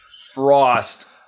frost